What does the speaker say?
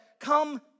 come